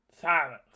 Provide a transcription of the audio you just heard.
Silence